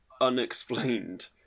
unexplained